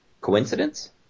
Coincidence